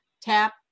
tap